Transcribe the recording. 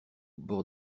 bord